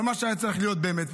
במה שהיה צריך להיות באמת,